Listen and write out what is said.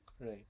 Right